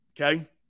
Okay